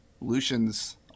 Lucian's